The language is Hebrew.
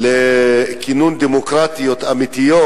לכינון דמוקרטיות אמיתיות,